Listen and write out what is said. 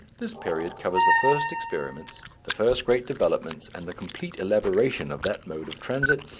this period covers the first experiments, the first great developments, and the complete elaboration of that mode of transit,